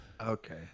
okay